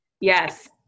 Yes